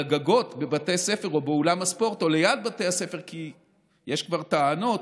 על הגגות בבתי הספר או באולם הספורט או ליד בתי הספר כי יש כבר טענות,